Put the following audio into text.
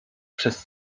przez